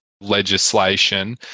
legislation